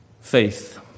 Faith